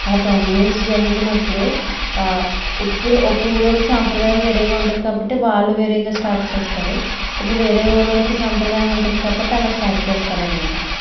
ఆ టోర్నమెంట్స్ జరుగుతున్నప్పుడు ఉప్పుడు ఒక ఊరోళ్ళకి సాంప్రదాయం వేరేగా ఉంటుంది కాబట్టి వాళ్ళు వేరేగా స్టార్ట్ చేస్తారు ఉప్పుడు వేరే ఊరోళ్ళకి సాంప్రదాయం ఉంటుంది కాబట్టి అలా స్టార్ట్ చేస్తారన్నమాట